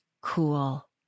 cool